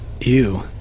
Ew